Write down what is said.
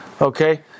Okay